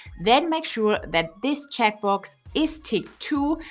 then make sure that this checkbox is ticked too,